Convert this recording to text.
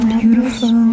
beautiful